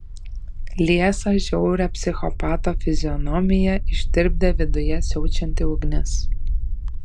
liesą žiaurią psichopato fizionomiją ištirpdė viduje siaučianti ugnis